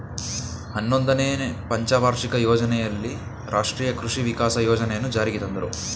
ಹನ್ನೊಂದನೆನೇ ಪಂಚವಾರ್ಷಿಕ ಯೋಜನೆಯಲ್ಲಿ ರಾಷ್ಟ್ರೀಯ ಕೃಷಿ ವಿಕಾಸ ಯೋಜನೆಯನ್ನು ಜಾರಿಗೆ ತಂದರು